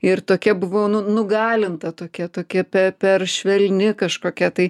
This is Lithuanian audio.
ir tokia buvau nu nugalinta tokia tokia per švelni kažkokia tai